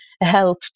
help